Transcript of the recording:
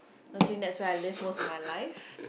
usually that's why I leave most of my life